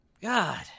God